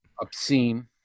obscene